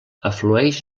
aflueix